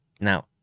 now